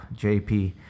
JP